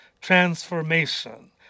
transformation